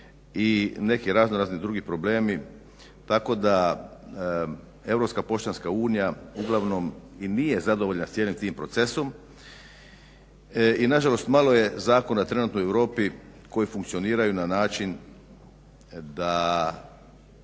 i neki razno razni drugi problemi tako da Europska poštanska unija uglavnom i nije zadovoljna s jednim tim procesom i nažalost malo je zakona trenutno u Europi koji funkcioniranju na način da